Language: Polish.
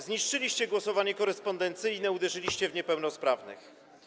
Zniszczyliście głosowanie korespondencyjne - uderzyliście w niepełnosprawnych.